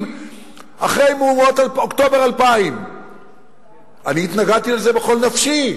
אחרי מהומות אוקטובר 2000. אני התנגדתי לזה בכל נפשי.